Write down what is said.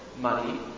money